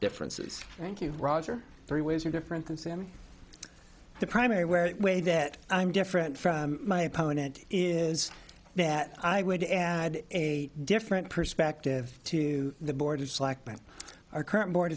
differences thank you roger three ways are different than sammy the primary where the way that i'm different from my opponent is that i would add a different perspective to the board of selectmen our current board